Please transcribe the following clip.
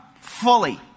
Fully